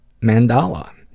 Mandala